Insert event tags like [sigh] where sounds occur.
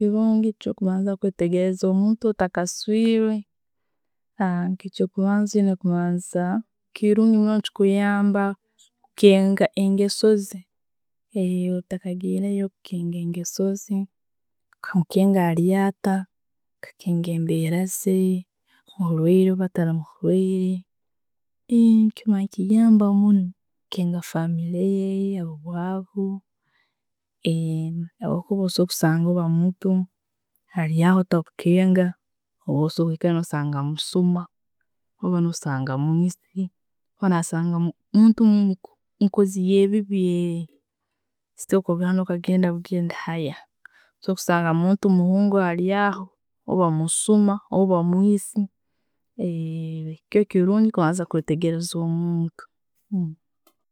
Kirungi kyo kubanza kwetegereza omuntu otakasweire, [hesitation] eky'okubanza, oyina, kirungi muno, nechikuyamba kukenga engeso ze, [hesitation] otakagireyo, kukenga egenso ze, okamukenga alya atta, okakenga embeera ze, arwaire orba talimurwaire [hesitation] nekiba nekiyambaho kukenga familre ye, owabu. [hesitation] Habwokuba no sobora kusanga muto, alyaho takukenga, osobore kusanga musuma orba no sanga mwisi, nosanga muntu mukozi webibi. [hesitation] Tosobora okagenda bugenda, okusobora kusanga muntu muhunga alya aho orba musuma, mwisi, [hesitation] kyo kirungi kubanza kwetegereza omuntu.